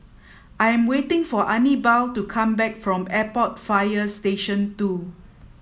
I am waiting for Anibal to come back from Airport Fire Station Two